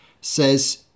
says